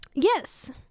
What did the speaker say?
Yes